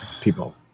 people